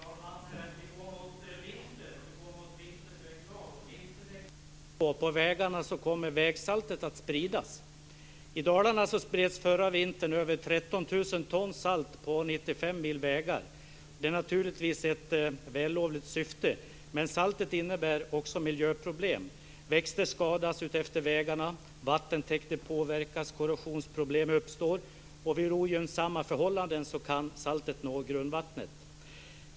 Fru talman! Vi går mot vinter och vinterväglag, och vinterdäcken ska på, och på vägarna kommer vägsaltet att spridas. I Dalarna spreds förra vintern över 13 000 ton salt på 95 mil vägar. Det är naturligtvis ett vällovligt syfte, men saltet innebär också miljöproblem. Växter skadas utefter vägarna, vattentäkter påverkas och korrosionsproblem uppstår. Vid ogynnsamma förhållanden kan saltet nå grundvattnet.